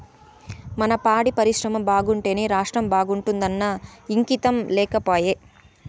మన పాడి పరిశ్రమ బాగుంటేనే రాష్ట్రం బాగుంటాదన్న ఇంగితం లేకపాయే